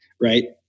right